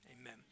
Amen